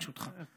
ברשותך,